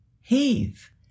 heave